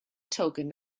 token